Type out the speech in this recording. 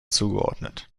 zugeordnet